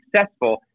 successful